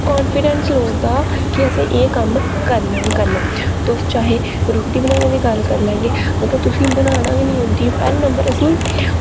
confidence लोड़दा कि असें एह् कम्म करना गै करना तुस चाहे रुट्टी बनाने दी गल्ल करी लैगे अगर तुसें बनाना गै नेईं औंदी पैह्ले नंबर असें